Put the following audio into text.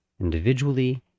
individually